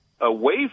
away